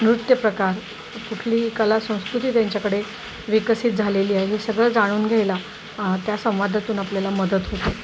नृत्य प्रकार कुठलीही कला संस्कृती त्यांच्याकडे विकसित झालेली आहे हे सगळं जाणून घ्यायला त्या संवादातून आपल्याला मदत होतो